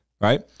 right